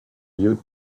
you